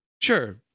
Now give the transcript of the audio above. Sure